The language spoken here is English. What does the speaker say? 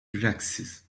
relaxes